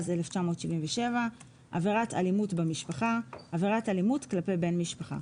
התשל"ז-1977; "עבירת אלימות במשפחה" עבירת אלימות כלפי בן משפחה,